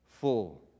full